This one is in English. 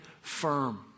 Firm